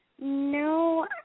No